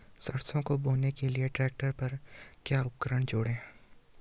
सरसों को बोने के लिये ट्रैक्टर पर क्या उपकरण जोड़ें?